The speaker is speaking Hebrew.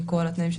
בנקודה הזו,